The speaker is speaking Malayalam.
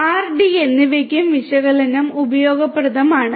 അതിനാൽ ആർ ഡി എന്നിവയ്ക്കും വിശകലനം ഉപയോഗപ്രദമാണ്